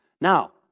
Now